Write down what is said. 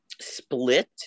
Split